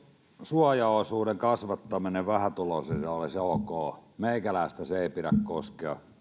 suojaosuuden kasvattaminen vähätuloisille olisi ok meikäläistä sen ei pidä koskea